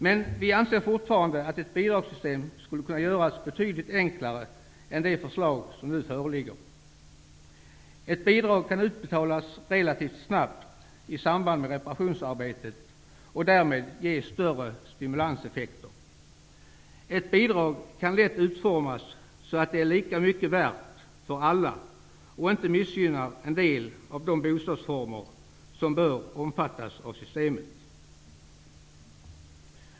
Men vi anser fortfarande att ett bidragssystem skulle kunna göras betydligt enklare än det förslag som nu föreligger. Ett bidrag kan utbetalas relativt snabbt i samband med reparationsarbetet och därmed ge större stimulanseffekter. Ett bidrag kan lätt utformas så att det är lika mycket värt för alla och inte missgynnar en del av de bostadsformer som bör omfattas av systemet.